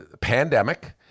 pandemic